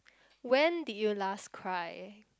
when did you last cry